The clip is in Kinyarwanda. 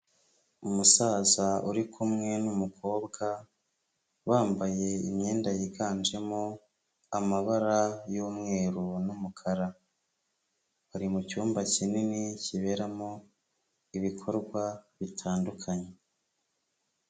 Umusaza uri kumwe n'umukobwa wambaye imyenda yiganjemo amabara y'umweru n'umukara, bari mu cyumba kinini kiberamo ibikorwa bitandukanye.